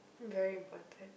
very important